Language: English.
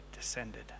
descended